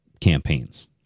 campaigns